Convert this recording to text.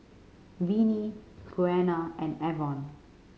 Vinie Buena and Avon